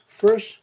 first